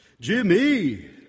Jimmy